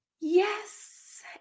Yes